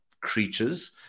creatures